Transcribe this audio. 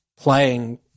playing